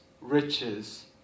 riches